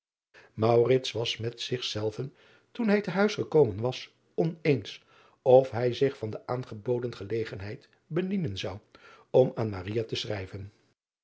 was met zich zelven toen hij te huis gekomen was oneens of hij zich van de aangeboden gelegenheid bedienen zou om aan te schrijven